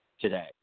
Today